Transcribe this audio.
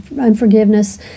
unforgiveness